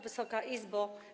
Wysoka Izbo!